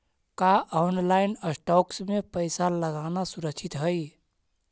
का online stocks में पैसा लगाना सुरक्षित हई